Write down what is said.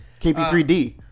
KP3D